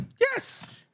yes